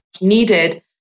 needed